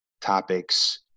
topics